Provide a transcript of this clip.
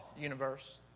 universe